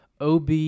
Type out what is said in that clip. OB